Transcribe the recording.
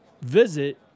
Visit